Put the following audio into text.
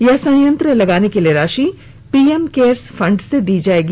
यह संयंत्र लगाने के लिए राशि पीएम केयर्स फंड से दी जाएगी